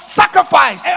sacrifice